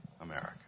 America